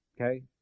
Okay